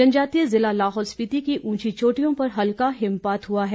जनजातीय जिला लाहौल स्पीति की उंची चोटियों पर हल्का हिमपात हुआ है